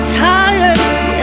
tired